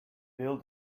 bill